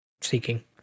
seeking